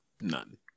none